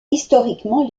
historiquement